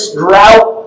drought